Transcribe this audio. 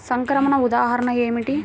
సంక్రమణ ఉదాహరణ ఏమిటి?